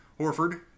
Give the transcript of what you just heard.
Horford